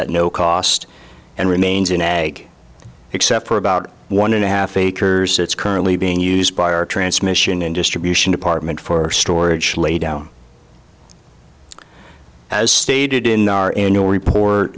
at no cost and remains in ag except for about one and a half acres it's currently being used by our transmission and distribution department for storage laydown as stated in our annual report